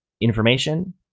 information